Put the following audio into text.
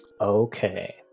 Okay